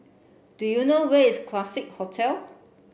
do you know where is Classique Hotel